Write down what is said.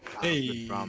Hey